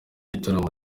gitaramo